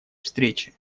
встречи